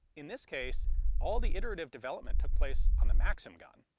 in this case all the iterative development took place on the maxim gun.